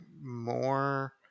more